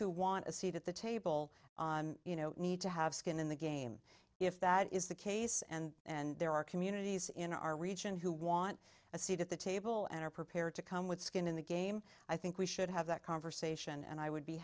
who want a seat at the table you know need to have skin in the game if that is the case and there are communities in our region who want a seat at the table and are prepared to come with skin in the game i think we should have that conversation and i would be